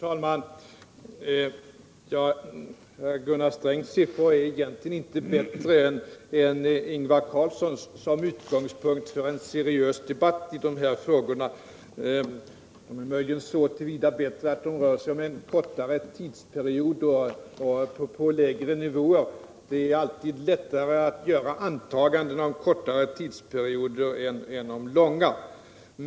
Herr talman! Som utgångspunkt för en seriös debatt i de här frågorna är Gunnar Strängs siffror egentligen inte bättre än Ingvar Carlssons. Möjligen är de så till vida bättre att de gäller en kortare tidsperiod och lägre nivåer. Det är alltid lättare att göra antaganden om kortare tidsperioder än om långa.